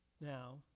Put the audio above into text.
Now